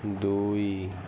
ଦୁଇ